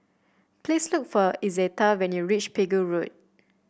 please look for Izetta when you reach Pegu Road